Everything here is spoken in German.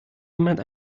jemand